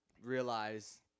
realize